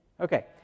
Okay